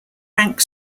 rank